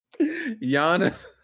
Giannis